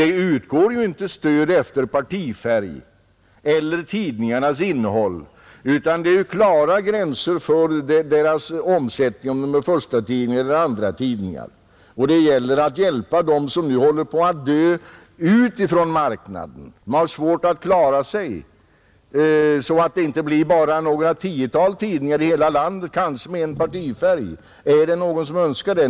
Det utgår inte stöd efter partifärg eller efter tidningarnas innehåll, utan det är klara gränser för deras omsättning — om de är förstatidningar eller andratidningar — och det gäller att hjälpa dem som nu håller på att dö ut ifrån marknaden, dem som har svårt att klara sig, så att det inte blir bara några tiotal tidningar kvar i hela landet, kanske med en partifärg. Är det någon som önskar det?